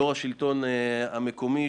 יו"ר השלטון המקומי,